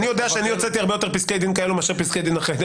אני יודע שאני הוצאתי הרבה יותר פסקי דין כאלה מאשר פסקי דין אחרים.